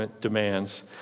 demands